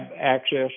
access